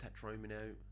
tetromino